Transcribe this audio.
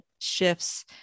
shifts